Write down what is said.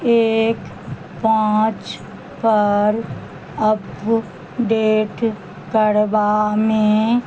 एक पाँच पर अपडेट करबामे